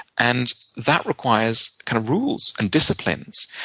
and that requires kind of rules and disciplines.